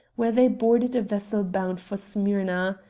where they boarded a vessel bound for smyrna.